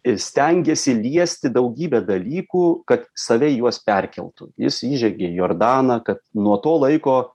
ir stengėsi liesti daugybę dalykų kad save juos perkeltų jis įžengė į jordaną kad nuo to laiko